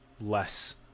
less